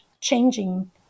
changing